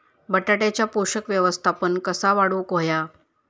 बटाट्याचा पोषक व्यवस्थापन कसा वाढवुक होया?